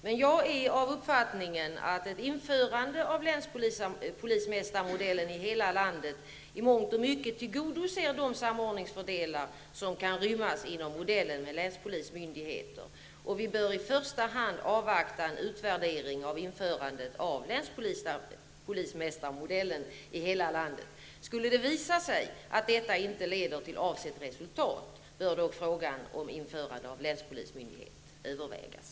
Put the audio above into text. Men jag är av den uppfattningen att ett införande av länspolismästarmodellen i hela landet i mångt och mycket tillgodoser de samordningsfördelar som kan rymmas inom modellen med länspolismyndigheter. Vi bör i första hand avvakta en utvärdering av införande av länspolismästarmodellen i hela landet. Om det skulle visa sig att det inte leder till avsett resultat, bör frågan om införande av länspolismyndighet övervägas.